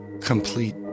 Complete